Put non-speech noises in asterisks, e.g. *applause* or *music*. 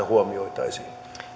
*unintelligible* huomioitaisiin